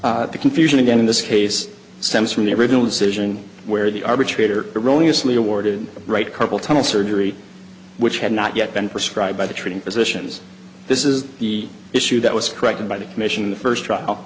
the confusion again in this case stems from the original decision where the arbitrator erroneous lee awarded right carpal tunnel surgery which had not yet been prescribed by the treating physicians this is the issue that was corrected by the commission in the first trial